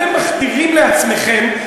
אתם מחדירים לעצמכם,